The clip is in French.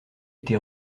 été